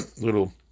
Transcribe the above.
little